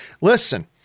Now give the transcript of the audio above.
Listen